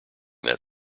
that